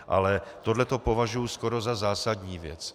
Ale tohle považuji skoro za zásadní věc.